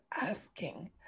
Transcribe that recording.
asking